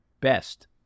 best